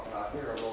here a little